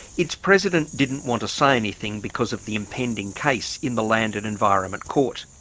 its president didn't want to say anything because of the impending case in the land and environment court.